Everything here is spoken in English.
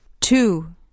Two